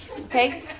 Okay